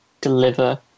deliver